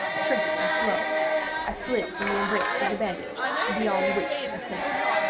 shrinking, and slow i slid from the embrace of the bandage and beyond the reach of the scimitar.